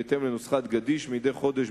בהתאם לנוסחת גדיש,